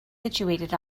situated